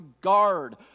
guard